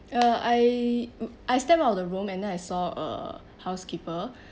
uh I I stepped out of the room and then I saw a housekeeper